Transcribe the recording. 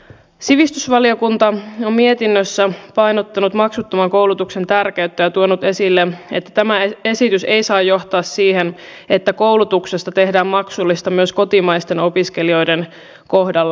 sivistysvaliokunta on mietinnössään painottanut maksuttoman koulutuksen tärkeyttä ja tuonut esille että tämä esitys ei saa johtaa siihen että koulutuksesta tehdään maksullista myös kotimaisten opiskelijoiden kohdalla